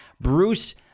Bruce